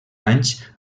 anys